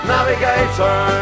Navigator